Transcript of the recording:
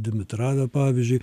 dimitrave pavyzdžiui